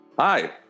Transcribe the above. Hi